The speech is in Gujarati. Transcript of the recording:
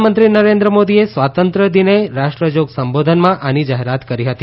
પ્રધાનમંત્રી નરેન્દ્ર મોદીએ સ્વાત્ર્ય દિને રાષ્ટ્રજોગ સંબોધનમાં આની જાહેરાત કરી હતી